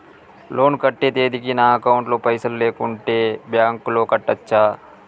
Loan కట్టే తేదీకి నా అకౌంట్ లో పైసలు లేకుంటే బ్యాంకులో కట్టచ్చా?